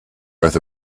earth